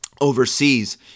overseas